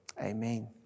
Amen